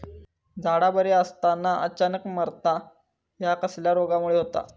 झाडा बरी असताना अचानक मरता हया कसल्या रोगामुळे होता?